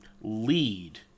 lead